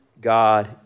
God